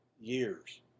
years